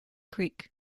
creek